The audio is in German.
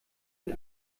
mit